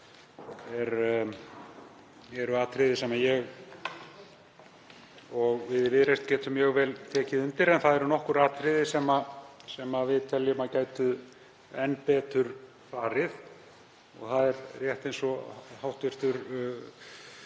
Þar eru atriði sem við í Viðreisn getum mjög vel tekið undir en það eru nokkur atriði sem við teljum að gætu enn betur farið. Það er rétt eins og hv.